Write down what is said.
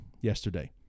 yesterday